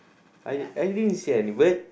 I I didn't see any bird